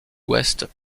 ouest